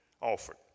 offered